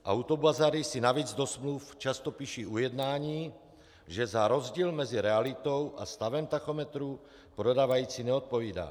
Autobazary si navíc do smluv často píší ujednání, že za rozdíl mezi realitou a stavem tachometru prodávající neodpovídá.